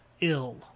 ill